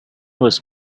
was